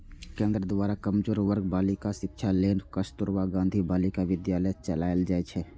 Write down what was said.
केंद्र द्वारा कमजोर वर्ग के बालिकाक शिक्षा लेल कस्तुरबा गांधी बालिका विद्यालय चलाएल जाइ छै